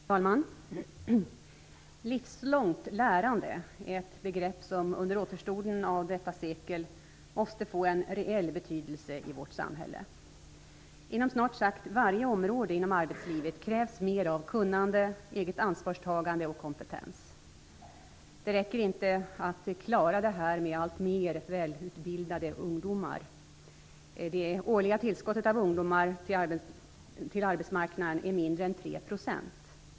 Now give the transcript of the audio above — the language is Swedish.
Fru talman! Livslångt lärande är ett begrepp som under återstoden av detta sekel måste få en reell betydelse i vårt samhälle. Inom snart sagt varje område inom arbetslivet krävs mer av kunnande, eget ansvarstagande och kompetens. Det räcker inte att klara detta med alltmer välutbildade ungdomar. Det årliga tillskottet av ungdomar till arbetsmarknaden är mindre än 3 %.